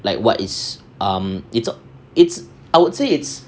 like what is um it's it's I would say it's